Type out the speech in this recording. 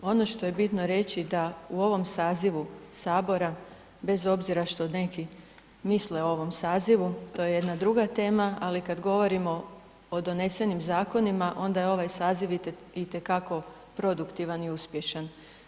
Ono što je bitno reći da u ovom sazivu Sabora, bez obzira što neki misle o ovom sazivu, to je jedna druga tema, ali kad govorimo o donesenim zakonima, onda je ovaj saziv itekako produktivan i uspješan.